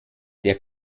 der